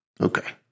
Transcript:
Okay